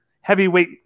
heavyweight